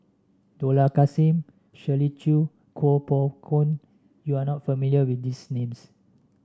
Dollah Kassim Shirley Chew Kuo Pao Kun you are not familiar with these names